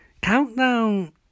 countdown